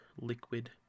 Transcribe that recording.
liquid